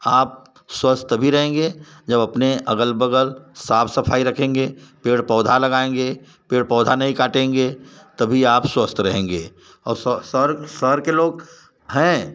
आप स्वस्थ तभी रहेंगे जब अपने अगल बगल साफ़ सफ़ाई रखेंगे पेड़ पौधा लगाएँगे पेड़ पौधा नहीं काटेंगे तभी आप स्वस्थ रहेंगे और शहर के लोग हैं